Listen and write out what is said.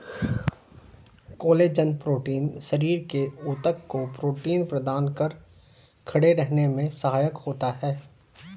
collagen protein शरीर के ऊतक को प्रोटीन प्रदान कर खड़े रहने में सहायक होता है